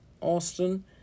Austin